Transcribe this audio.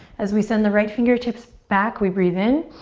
as we send the right fingertips back, we breathe in.